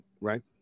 right